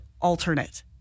alternate